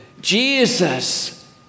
Jesus